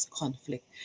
conflict